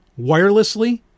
wirelessly